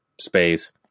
space